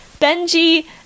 benji